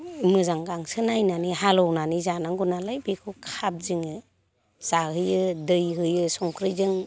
मोजां गांसो नायनानै हालौनानै जानांगौनालाय बेखौ खादिङो जाहोयो दै होयो संख्रिजों